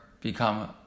become